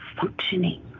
functioning